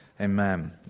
Amen